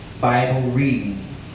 Bible-reading